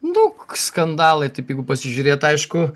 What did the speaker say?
nu k skandalai taip jeigu pasižiūrėt aišku